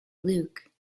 luke